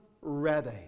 ready